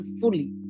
fully